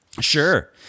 Sure